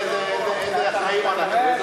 תראה איזה אחראיים אנחנו,